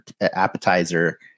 appetizer